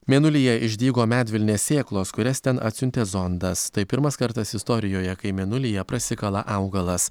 mėnulyje išdygo medvilnės sėklos kurias ten atsiuntė zondas tai pirmas kartas istorijoje kai mėnulyje prasikala augalas